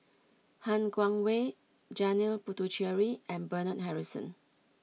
Han Guangwei Janil Puthucheary and Bernard Harrison